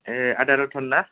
ए आदा रतन ना